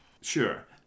Sure